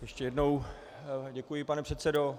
Ještě jednou děkuji, pane předsedo.